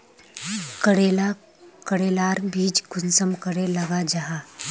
करेला करेलार बीज कुंसम करे लगा जाहा?